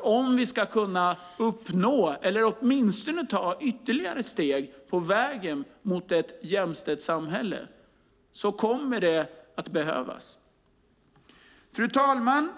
Om vi ska kunna uppnå, eller åtminstone ta ytterligare steg på vägen mot, ett jämställt samhälle kommer det att behövas. Fru talman!